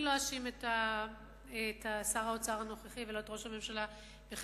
אני לא אאשים את שר האוצר הנוכחי ולא את ראש הממשלה בכך